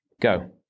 Go